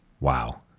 Wow